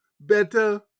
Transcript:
better